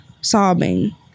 sobbing